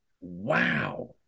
Wow